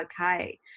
okay